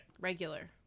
regular